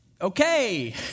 okay